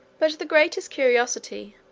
but the greatest curiosity,